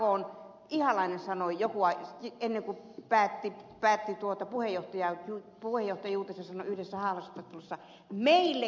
sakn ihalainen sanoo joku aika sitten joku sanoi ennen kuin päätti puheenjohtajuutensa yhdessä haastattelussa